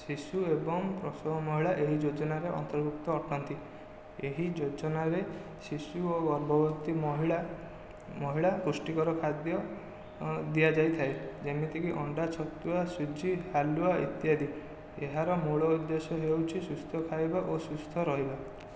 ଶିଶୁ ଏବଂ ପ୍ରସବ ମହିଳା ଏହି ଯୋଜନାର ଅନ୍ତର୍ଭୁକ୍ତ ଅଟନ୍ତି ଏହି ଯୋଜନାରେ ଶିଶୁ ଓ ଗର୍ଭବତୀ ମହିଳା ମହିଳା ପୁଷ୍ଟିକର ଖାଦ୍ୟ ଦିଆଯାଇଥାଏ ଯେମିତିକି ଅଣ୍ଡା ଛତୁଆ ସୁଜି ହାଲୁଆ ଇତ୍ୟାଦି ଏହାର ମୂଳ ଉଦ୍ଦେଶ୍ୟ ହେଉଛି ସୁସ୍ଥ ଖାଇବା ଓ ସୁସ୍ଥ ରହିବା